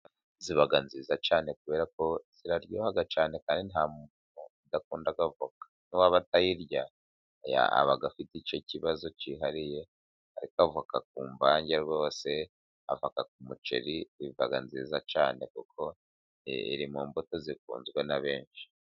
Ziba nziza cyane kubera ko ziraryoha cyane, kandi nta muntu udakunda avoka n'uwaba atayirya yaba afite icyo kibazo cyihariye, ariko avoka ku mvange rwose, avoka ku muceri ziba nziza cyane, kuko iri mu mbuto zikunzwe na benshi.